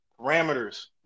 parameters